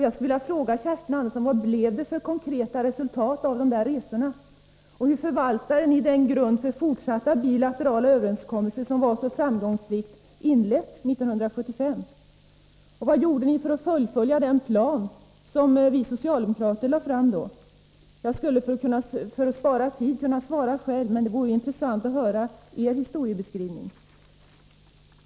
Jag vill fråga Kerstin Andersson: Vilka konkreta resultat ledde dessa resor till? Hur förvaltade ni den grund för fortsatta bilaterala överenskommelser som så framgångsrikt hade lagts 1975? Vad gjorde ni slutligen för att fullfölja den plan som vi socialdemokrater då lade fram? Jag skulle för att spara tid kunna svara själv, men det vore intressant att få veta hur er historiebeskrivning ser ut.